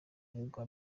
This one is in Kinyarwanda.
aregwa